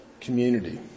community